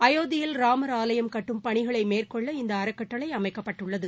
அயோத்தியில் ராமர் ஆலயம் கட்டும் பணிகளை மேற்கொள்ள இந்த அறக்கட்டளை அமைக்கப்பட்டுள்ளது